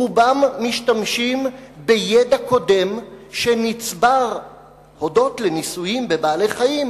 רובם משתמשים בידע קודם שנצבר הודות לניסויים בבעלי-חיים,